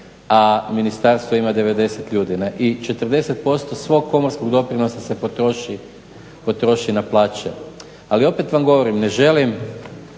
a ministarstvo ima 90 ljudi i 40% svog komorskog doprinosa se potroši na plaće. Ali opet vam govorim ne želim